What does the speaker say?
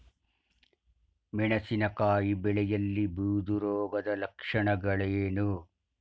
ಮೆಣಸಿನಕಾಯಿ ಬೆಳೆಯಲ್ಲಿ ಬೂದು ರೋಗದ ಲಕ್ಷಣಗಳೇನು?